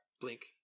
Blink